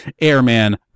Airman